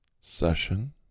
session